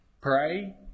pray